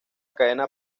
cadena